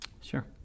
Sure